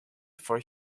for